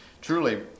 truly